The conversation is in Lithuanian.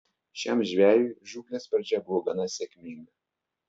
šiam žvejui žūklės pradžia buvo gana sėkminga